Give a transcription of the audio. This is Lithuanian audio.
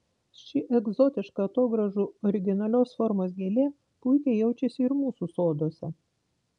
ši egzotiška atogrąžų originalios formos gėlė puikiai jaučiasi ir mūsų soduose